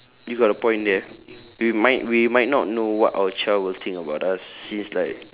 you got a point there we might we might not know what our child will think about us since like